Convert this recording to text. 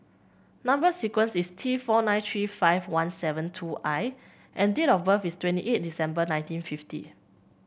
number sequence is T four nine three five one seven two I and date of birth is twenty eight December nineteen fifty